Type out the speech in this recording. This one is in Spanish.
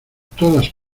todas